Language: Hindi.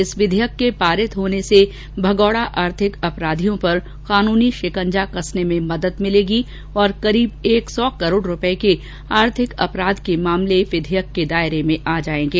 इस विधेयक के पारित होने से मगोड़ा आर्थिक अपराधियों पर कानूनी शिकंजा कसने में मदद मिलेगी और करीब एक सौ करोड़ रुपये के आर्थिक अपराध के मामले विघेयक के दायरे में आ जाएंगे